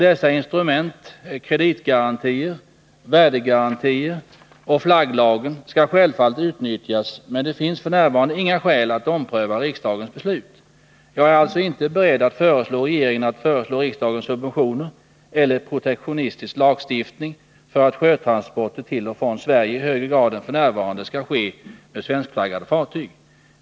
Dessa instrument — kreditgarantier, värdegarantier och flagglagen — skall självfallet utnyttjas, men det finns f.n. inga skäl att ompröva riksdagens beslut. Jag är alltså inte beredd att föreslå regeringen att föreslå riksdagen subventioner eller protektionistisk lagstiftning för att sjötransporter till och från Sverige i högre grad än f.n. skall ske med svenskflaggade fartyg.